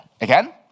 Again